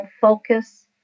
focus